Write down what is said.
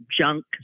junk